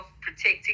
protecting